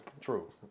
True